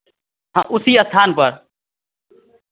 हाँ उसी स्थान पर